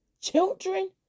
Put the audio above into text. children